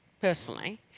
personally